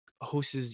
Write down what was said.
hosts